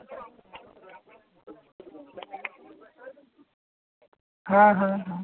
হ্যাঁ হ্যাঁ হ্যাঁ